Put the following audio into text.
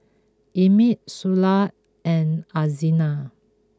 Emmitt Sula and Alzina